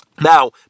Now